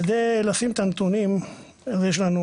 כדי לשים את הנתונים, אז יש לנו